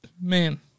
man